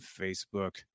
Facebook